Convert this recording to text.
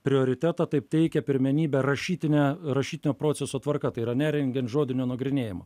prioritetą taip teikia pirmenybę rašytinę rašytinio proceso tvarka tai yra nerengiant žodinio nagrinėjimo